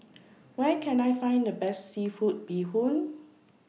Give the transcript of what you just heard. Where Can I Find The Best Seafood Bee Hoon